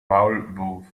maulwurf